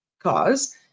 cause